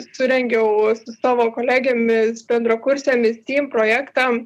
surengiau su savo kolegėmis bendrakursėmis stim projektą